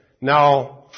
Now